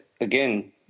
again